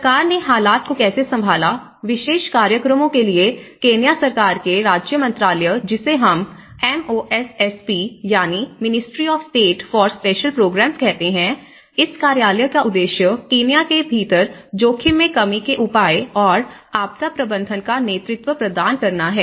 सरकार ने हालात को कैसे संभाला विशेष कार्यक्रमों के लिए केन्या सरकार के राज्य मंत्रालय जिसे हम M O S S P यानी ministry of state for special programs कहते हैं इस कार्यालय का उद्देश्य केन्या के भीतर जोखिम में कमी के उपाय और आपदा प्रबंधन का नेतृत्व प्रदान करना है